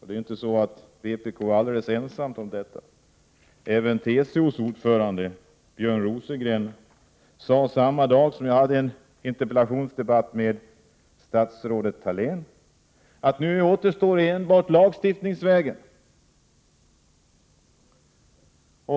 Vpk är inte ensamt om detta förslag. TCO:s ordförande Björn Rosengren sade samma dag som jag var uppe i en interpellationsdebatt med statsrådet Thalén att nu återstår bara lagstiftningsvägen.